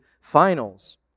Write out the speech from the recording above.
Finals